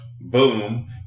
boom